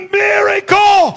miracle